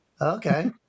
Okay